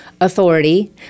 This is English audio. authority